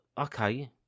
okay